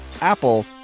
Apple